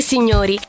Signori